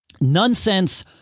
Nonsense